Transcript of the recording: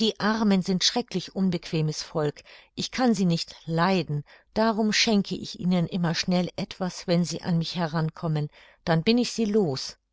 die armen sind schrecklich unbequemes volk ich kann sie nicht leiden darum schenke ich ihnen immer schnell etwas wenn sie an mich heran kommen dann bin ich sie los